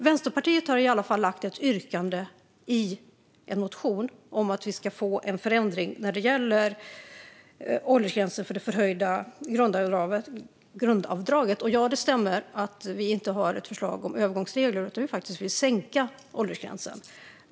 Vänsterpartiet har i alla fall lagt ett yrkande i en motion om en förändring när det gäller åldersgränser för det förhöjda grundavdraget. Det stämmer att vi inte har ett förslag om övergångsregler utan att vi faktiskt vill sänka åldersgränsen.